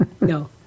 no